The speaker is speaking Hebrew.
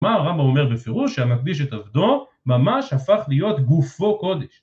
מה הרמב״ם אומר בפירוש שהמקדיש את עבדו ממש הפך להיות גופו קודש